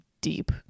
deep